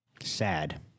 Sad